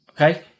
Okay